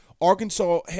Arkansas